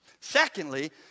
Secondly